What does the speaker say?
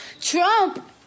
Trump